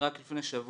רק לפני שבוע